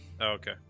Okay